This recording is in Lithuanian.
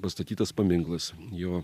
pastatytas paminklas jo